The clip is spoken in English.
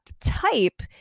type